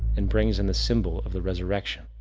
and brings in the symbol of the resurrection.